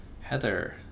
Heather